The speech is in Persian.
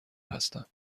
هستم